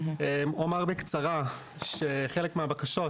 אני אומר בקצרה שחלק מהבקשות,